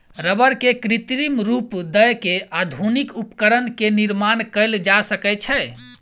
रबड़ के कृत्रिम रूप दय के आधुनिक उपकरण के निर्माण कयल जा सकै छै